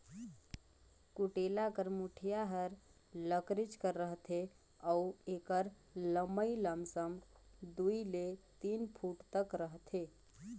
कुटेला कर मुठिया हर लकरिच कर रहथे अउ एकर लम्मई लमसम दुई ले तीन फुट तक रहथे